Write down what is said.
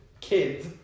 kids